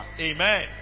Amen